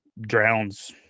drowns